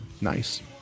nice